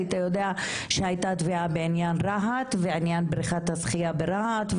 היית יודע שהייתה תביעה בעניין רהט ועניין בריכת השחייה ברהט,